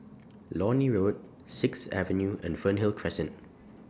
Lornie Road Sixth Avenue and Fernhill Crescent